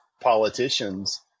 Politicians